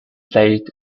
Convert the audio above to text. played